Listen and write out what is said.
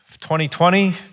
2020